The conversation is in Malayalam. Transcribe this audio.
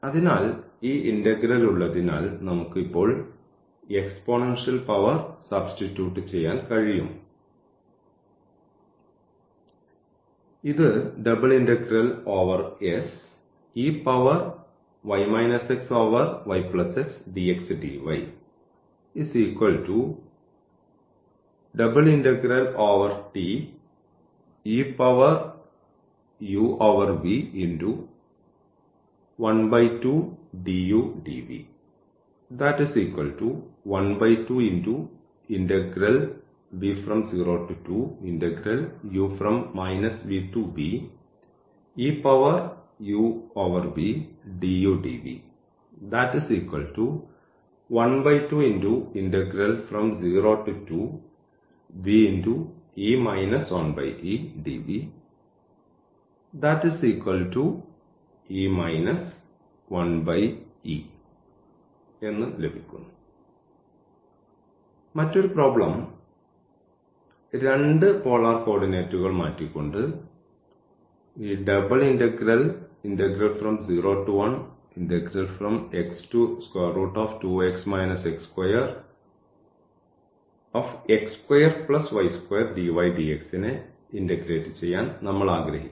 അതിനാൽ ഈ ഇന്റഗ്രൽ ഉള്ളതിനാൽ നമുക്ക് ഇപ്പോൾ എക്സ്പോണൻഷ്യൽ പവർ സബ്സ്റ്റിറ്റ്യൂട്ട് ചെയ്യാൻ കഴിയും ഇത് മറ്റൊരു പ്രോബ്ലം രണ്ട് പോളാർ കോർഡിനേറ്റുകൾ മാറ്റിക്കൊണ്ട് ഈ നെ ഇന്റഗ്രേറ്റ് ചെയ്യാൻ നമ്മൾ ആഗ്രഹിക്കുന്നു